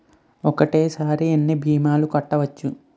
ఒక్కటేసరి ఎన్ని భీమాలు కట్టవచ్చు?